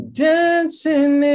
dancing